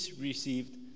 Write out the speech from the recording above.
received